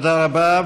תודה רבה.